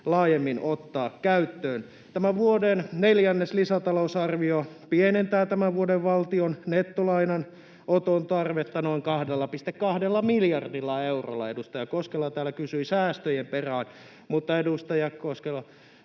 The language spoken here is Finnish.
laajemmin ottaa käyttöön. Tämä vuoden neljäs lisätalousarvio pienentää tämän vuoden valtion nettolainanoton tarvetta noin 2,2 miljardilla eurolla. Edustaja Koskela täällä kysyi säästöjen perään, mutta, edustaja Koskela,